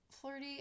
Flirty